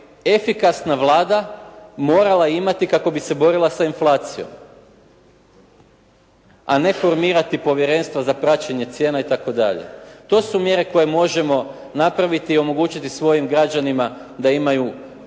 efikasna Vlada morala imati kako bi se borila sa inflacijom, a ne formirati Povjerenstvo za praćenje cijena itd. To su mjere koje možemo napraviti i omogućiti svojim građanima a imaju kvalitetniji